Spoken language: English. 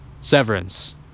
severance